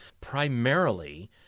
primarily